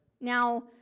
Now